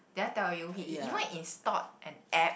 did I tell you he even installed an app